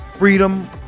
freedom